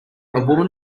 woman